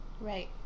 right